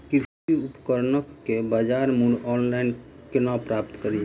कृषि उपकरण केँ बजार मूल्य ऑनलाइन केना प्राप्त कड़ी?